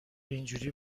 اینجوری